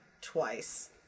twice